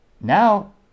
Now